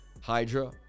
Hydra